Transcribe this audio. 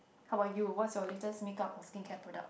how about you what's your latest makeup or skincare product